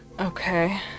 Okay